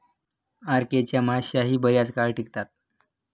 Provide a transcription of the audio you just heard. RK च्या माश्याही बराच काळ टिकतात